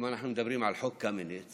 אם אנחנו מדברים על חוק קמיניץ